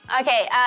Okay